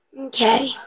Okay